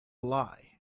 lie